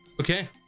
Okay